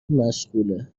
مشغوله